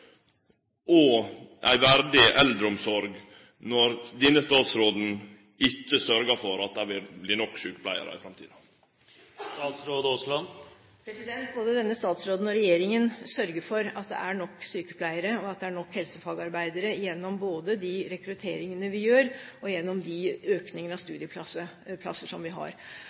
og ei verdig eldreomsorg når denne statsråden ikkje sørgjer for at det vert nok sjukepleiarar i framtida? Denne statsråden og regjeringen sørger for at det er nok sykepleiere, og at det er nok helsefagarbeidere, både gjennom de rekrutteringene vi gjør, og gjennom